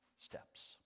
steps